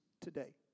today